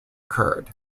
occurred